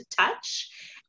touch